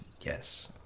Yes